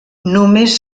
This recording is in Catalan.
només